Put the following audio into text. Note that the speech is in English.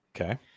okay